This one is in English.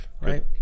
right